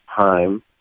time